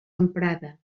emprada